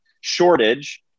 shortage